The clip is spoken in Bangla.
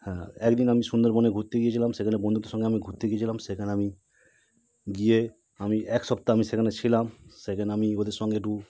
হ্যাঁ একদিন আমি সুন্দরবনে ঘুরতে গিয়েছিলাম সেখানে বন্ধুদের সঙ্গে আমি ঘুরতে গিয়েছিলাম সেখানে আমি গিয়ে আমি এক সপ্তাহ আমি সেখানে ছিলাম সেখানে আমি ওদের সঙ্গে একটু